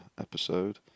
episode